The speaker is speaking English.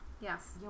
yes